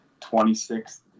26th